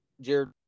Jared